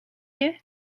you